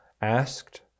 asked